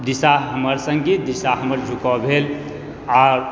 दिशा हमर सङ्गीत दिशा हमर झुकाव भेल आर